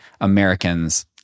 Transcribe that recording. Americans